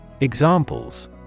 Examples